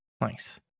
Nice